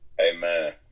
Amen